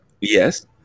yes